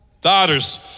Daughters